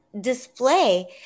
display